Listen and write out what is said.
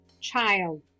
child